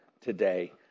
today